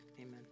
amen